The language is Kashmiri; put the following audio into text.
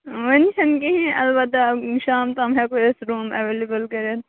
وۄنۍ چھُنہٕ کِہیٖنۍ اَلبتہ شام تام ہٮ۪کو أسۍ روٗم ایویلیبل کٔرِتھ